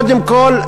קודם כול,